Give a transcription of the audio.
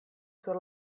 sur